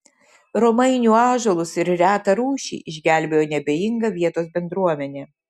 romainių ąžuolus ir retą rūšį išgelbėjo neabejinga vietos bendruomenė